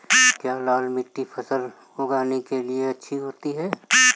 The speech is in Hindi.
क्या लाल मिट्टी फसल उगाने के लिए अच्छी होती है?